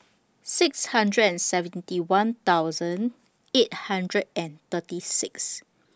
six hundred and seventy one thousand eight hundred and thirty six